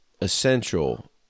essential